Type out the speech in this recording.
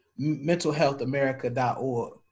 mentalhealthamerica.org